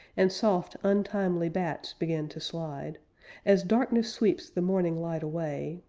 and soft untimely bats begin to slide as darkness sweeps the morning light away,